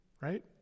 right